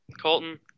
Colton